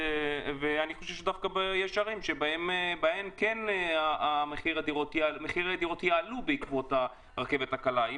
לדעתי יש דווקא ערים שבהן מחירי הדירות יעלו בעקבות הרכבת הקלה.